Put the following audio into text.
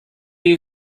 you